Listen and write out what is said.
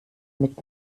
mit